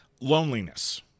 loneliness